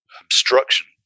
obstruction